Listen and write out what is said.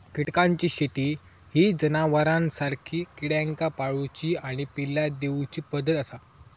कीटकांची शेती ही जनावरांसारखी किड्यांका पाळूची आणि पिल्ला दिवची पद्धत आसा